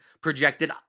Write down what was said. projected